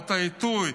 את העיתוי,